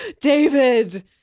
David